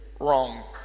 Wrong